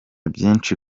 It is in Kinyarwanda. byinshi